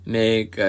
make